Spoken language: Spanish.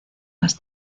más